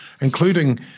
including